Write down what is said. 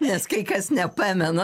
nes kai kas nepamena